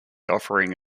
offering